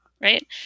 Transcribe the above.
Right